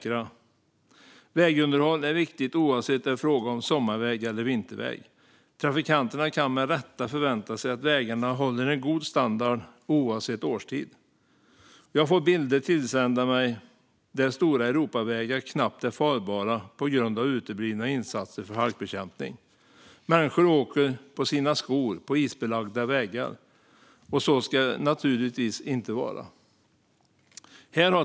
Och vägunderhåll är viktigt oavsett om det är fråga om sommarväg eller vinterväg. Trafikanterna har rätt att förvänta sig att vägarna håller en god standard oavsett årstid. Jag har fått bilder tillsända mig där stora Europavägar knappt är farbara på grund av uteblivna insatser för halkbekämpning, och människor åker på sina skor på isbelagda vägar. Så ska det naturligtvis inte vara.